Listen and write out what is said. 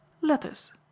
Letters